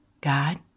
God